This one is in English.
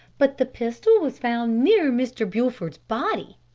but the pistol was found near mr. bulford's body,